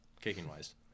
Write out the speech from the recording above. kicking-wise